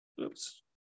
Oops